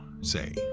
say